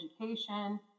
education